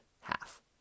half